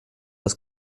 das